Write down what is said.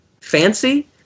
fancy